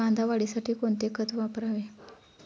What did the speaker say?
कांदा वाढीसाठी कोणते खत वापरावे?